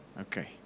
okay